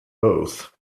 both